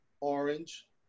orange